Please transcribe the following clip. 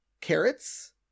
carrots